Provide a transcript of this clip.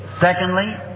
Secondly